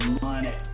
money